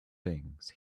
things